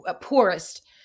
poorest